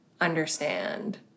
understand